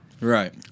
right